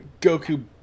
Goku